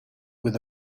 with